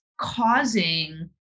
causing